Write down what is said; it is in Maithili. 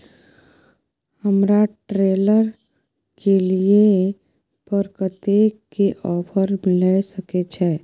हमरा ट्रेलर के लिए पर कतेक के ऑफर मिलय सके छै?